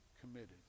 committed